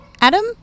Adam